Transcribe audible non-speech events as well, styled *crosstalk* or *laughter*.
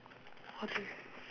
*noise* okay